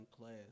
class